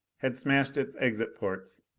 had smashed its exit ports,